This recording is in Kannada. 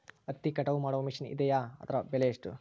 ಹತ್ತಿ ಕಟಾವು ಮಾಡುವ ಮಿಷನ್ ಇದೆಯೇ ಅದರ ಬೆಲೆ ಎಷ್ಟು?